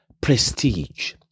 prestige